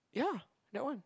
ya that one